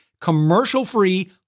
commercial-free